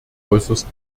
äußerst